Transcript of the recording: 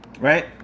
right